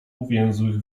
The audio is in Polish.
uwięzłych